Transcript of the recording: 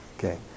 Okay